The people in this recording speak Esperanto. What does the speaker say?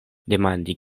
demandi